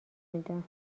میدم